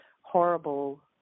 horrible